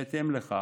בהתאם לכך